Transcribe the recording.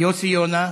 יוסי יונה,